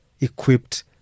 equipped